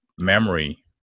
memory